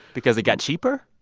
because it got cheaper?